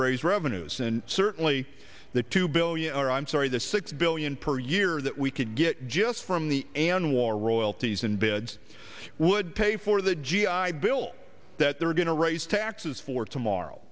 raise revenues and certainly the two billion or i'm sorry the six billion per year that we could get just from the an war royalties and beds would pay for the g i bill that they're going to raise taxes for tomorrow